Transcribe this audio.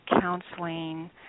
counseling